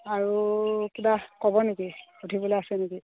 আৰু কিবা ক'ব নেকি সুধিবলৈ আছে নেকি